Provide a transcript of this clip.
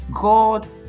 God